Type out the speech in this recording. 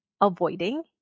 avoiding